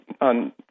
on